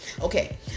Okay